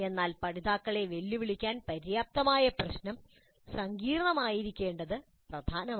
എന്നാൽ പഠിതാക്കളെ വെല്ലുവിളിക്കാൻ പര്യാപ്തമായ പ്രശ്നം സങ്കീർണ്ണമായിരിക്കേണ്ടത് പ്രധാനമാണ്